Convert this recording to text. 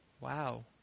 Wow